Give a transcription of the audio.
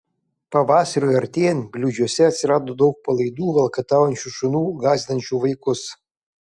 pavasariui artėjant bliūdžiuose atsirado daug palaidų valkataujančių šunų gąsdinančių vaikus